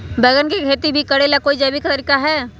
बैंगन के खेती भी करे ला का कोई जैविक तरीका है?